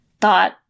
thought